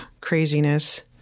craziness